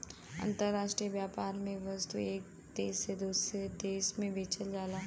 अंतराष्ट्रीय व्यापार में वस्तु एक देश से दूसरे देश में बेचल जाला